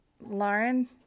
Lauren